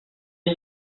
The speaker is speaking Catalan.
ser